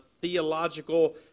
theological